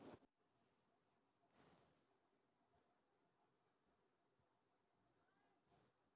ನಮ್ದು ಕಾರ್ಡ್ ಬಂದ್ ಮಾಡುಸ್ಬೇಕ್ ಅಂದುರ್ ಬ್ಯಾಂಕ್ ಹೋಗಿ ಕಾರ್ಡ್ ಬ್ಲಾಕ್ ಮಾಡ್ರಿ ಅಂದುರ್ ಮಾಡ್ತಾರ್